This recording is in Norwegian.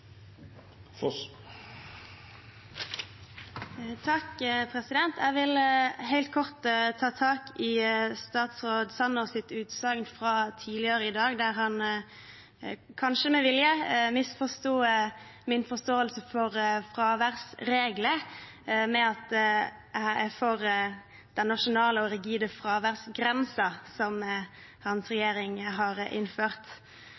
Jeg vil helt kort ta tak i statsråd Sanners utsagn fra tidligere i dag der han – kanskje med vilje – misforsto min forståelse for fraværsregler, at jeg er for den nasjonale og rigide fraværsgrensen som hans regjering har innført.